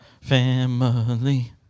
family